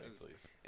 please